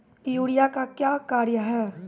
Urea का क्या कार्य हैं?